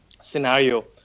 scenario